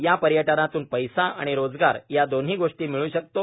या पर्यटनातून पैसा आणि रोजगार या दोन्ही गोष्टी मिळू शकतो